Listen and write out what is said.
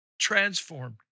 transformed